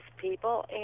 people